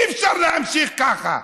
אי-אפשר להמשיך ככה.